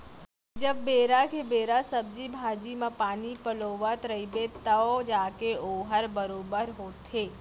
जब बेरा के बेरा सब्जी भाजी म पानी पलोवत रइबे तव जाके वोहर बरोबर होथे